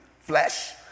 flesh